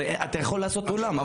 אפשר לעשות אולם,